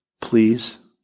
Please